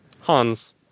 Hans